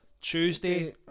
Tuesday